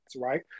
right